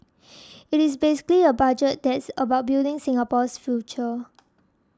it is basically a Budget that's about building Singapore's future